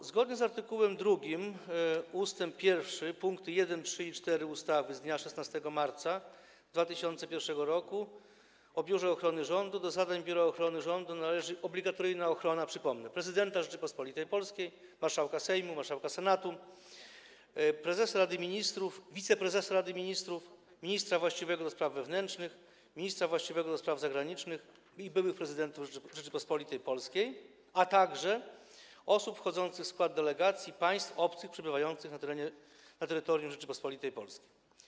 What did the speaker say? Otóż zgodnie z art. 2 ust. 1 pkt 1, 3 i 4 ustawy z dnia 16 marca 2001 r. o Biurze Ochrony Rządu do zadań Biura Ochrony Rządu należy obligatoryjna ochrona, przypomnę, prezydenta Rzeczypospolitej Polskiej, marszałka Sejmu, marszałka Senatu, prezesa Rady Ministrów, wiceprezesa Rady Ministrów, ministra właściwego do spraw wewnętrznych, ministra właściwego do spraw zagranicznych i byłych prezydentów Rzeczypospolitej Polskiej, a także osób wchodzących w skład delegacji państw obcych przebywających na terytorium Rzeczypospolitej Polskiej.